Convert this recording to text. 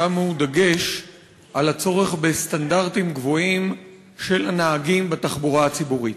שמו דגש על הצורך בסטנדרטים גבוהים של הנהגים בתחבורה הציבורית.